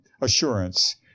assurance